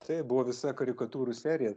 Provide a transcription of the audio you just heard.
taip buvo visa karikatūrų serija